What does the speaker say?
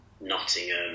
Nottingham